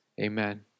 Amen